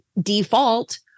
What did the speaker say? default